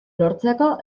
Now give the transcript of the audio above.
lortzeko